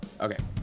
Okay